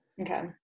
Okay